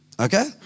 okay